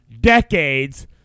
decades